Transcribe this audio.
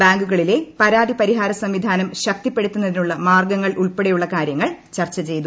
ബാങ്കുകളിലെ പരാതി പരിഹാര സംവിധാനം ശക്തിപ്പെടുത്തുന്നതിനുള്ള മാർഗങ്ങൾ ഉൾപ്പെടെയുള്ള കാര്യങ്ങൾ ചർച്ച ചെയ്തു